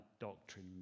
doctrine